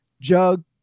Jug